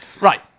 Right